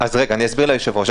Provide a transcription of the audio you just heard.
אסביר ליושב-ראש,